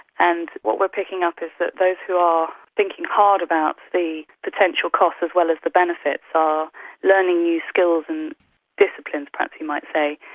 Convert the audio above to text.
and what we're picking up is that those who are thinking hard about the potential costs as well is the benefits are learning new skills and disciplines, perhaps you might say,